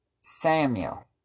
Samuel